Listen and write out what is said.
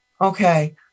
Okay